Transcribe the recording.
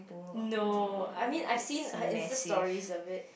no I mean I've seen her insta stories of it